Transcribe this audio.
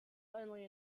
only